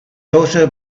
also